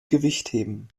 gewichtheben